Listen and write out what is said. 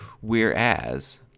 whereas